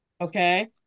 Okay